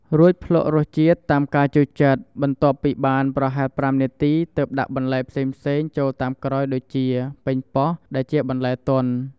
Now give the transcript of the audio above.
រួចភ្លក្សរសជាតិតាមការចូលចិត្ត បន្ទាប់ពីបានប្រហែល៥នាទី ទើបដាក់បន្លែផ្សេងៗចូលតាមក្រោយដូចជា ប៉េងប៉ោះដែលជាបន្លែទន់។